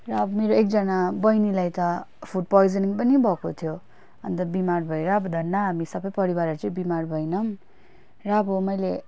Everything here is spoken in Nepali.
र अब मेरो एकजना बहिनीलाई त फुड पोइजनिङ पनि भएको थियो अन्त बिमार भएर अब धन्न हामी सबै परिवारहरू चाहिँ बिमार भएनौँ र अब मैले